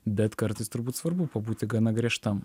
bet kartais turbūt svarbu pabūti gana griežtam